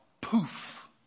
poof